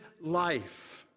life